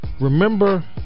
Remember